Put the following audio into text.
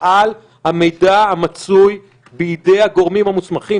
על המידע המצוי בידי הגורמים המוסמכים.